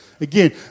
Again